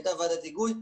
הייתה ועדת היגוי,